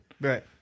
Right